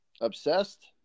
obsessed